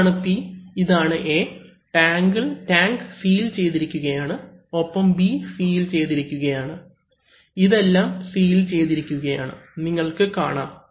ഇതാണ് P ഇതാണ് A tank seal ചെയ്തിരിക്കുകയാണ് ഒപ്പം B സീൽ ചെയ്തിരിക്കുകയാണ് ഇതെല്ലാം സീൽ ചെയ്തിരിക്കുകയാണ് നിങ്ങൾക്ക് കാണാം